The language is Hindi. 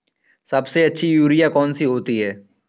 सबसे अच्छी यूरिया कौन सी होती है?